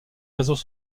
réseaux